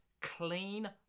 clean